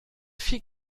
viel